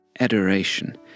adoration